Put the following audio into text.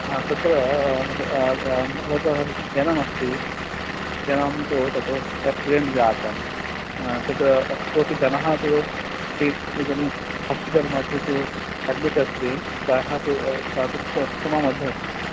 हा तत्र भवतः यानमस्ति यानं तु तत्र एक्सिडेण्ट् जातं तत्र कोपि जनः तु इ इदं प्रोसिजर्मध्ये तु अड्मिट् अस्ति सः तु सः तु क कोमामध्ये अस्ति